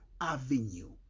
avenue